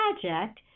project